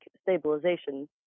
stabilization